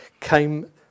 came